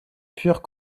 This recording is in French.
purent